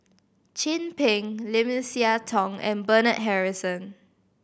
Chin Peng Lim Siah Tong and Bernard Harrison